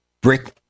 brick